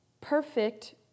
perfect